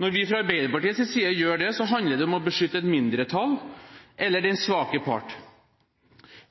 Når vi fra Arbeiderpartiets side gjør det, handler det om å beskytte et mindretall, eller den svake part.